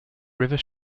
river